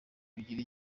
kugira